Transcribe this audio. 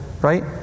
right